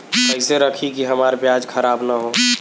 कइसे रखी कि हमार प्याज खराब न हो?